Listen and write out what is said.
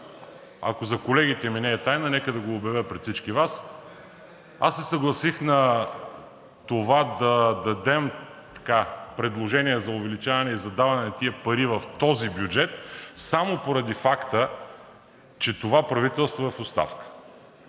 ако за колегите ми не е тайна, нека да го обявя пред всички Вас. Аз се съгласих на това да дадем предложение за увеличаване и за даване на тези пари в този бюджет само поради факта, че това правителство е в оставка,